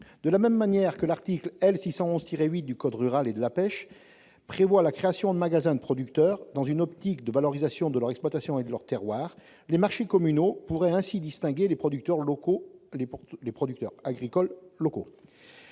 De la même manière que l'article L. 611-8 du code rural et de la pêche prévoit la création de magasins de producteurs dans « une optique de valorisation de leur exploitation et de leur terroir », les marchés communaux pourraient distinguer les producteurs agricoles locaux.